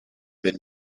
been